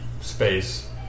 space